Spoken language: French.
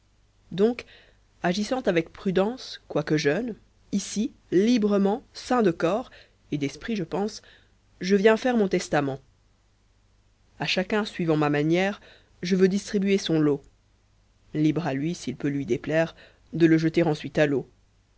donc agissant avec prudence quoique jeune ici librement sain de corps et d'esprit je pense je viens faire mon testament a chacun suivant ma manière je veux distribuer son lot libre à lui s'il peut lui déplaire de le jeter ensuite ù l'eau